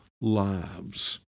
lives